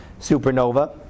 supernova